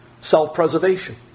Self-preservation